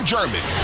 German